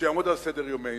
שיעמוד על סדר-יומנו,